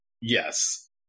Yes